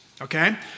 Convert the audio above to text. Okay